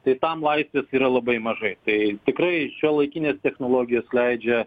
tai tam laisvės yra labai mažai tai tikrai šiuolaikinės technologijos leidžia